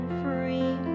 free